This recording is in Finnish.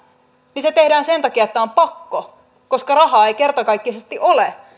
niin se tehdään sen takia että on pakko koska rahaa ei kertakaikkisesti ole